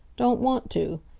don't want to.